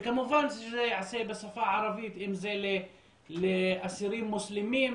וכמובן שזה ייעשה בשפה הערבית אם זה לאסירים מוסלמים,